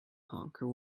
honker